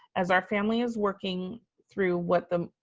as our family is working through what the,